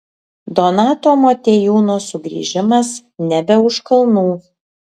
donato motiejūno sugrįžimas nebe už kalnų